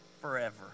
forever